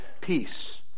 peace